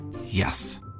Yes